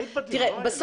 תראה,